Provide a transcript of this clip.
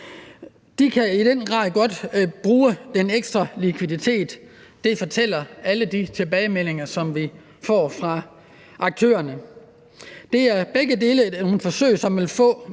De kan i den grad godt bruge den ekstra likviditet. Det fortæller alle de tilbagemeldinger, som vi får fra aktørerne. Begge dele er nogle ordninger, som vil få